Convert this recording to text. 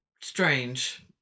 strange